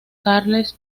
carles